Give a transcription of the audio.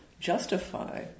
justify